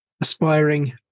aspiring